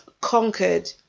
conquered